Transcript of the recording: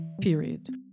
period